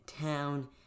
Town